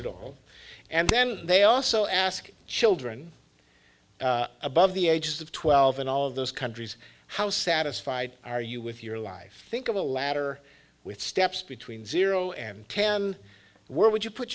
at all and then they also ask children above the age of twelve in all of those countries how satisfied are you with your life think of a ladder with steps between zero and ten where would you put